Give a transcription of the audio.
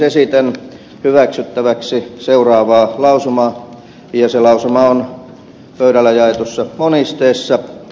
esitän hyväksyttäväksi seuraavaa lausumaa ja se lausuma on pöydille jaetussa monisteessa